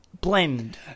blend